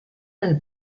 nel